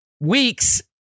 weeks